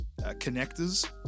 connectors